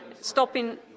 stopping